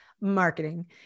Marketing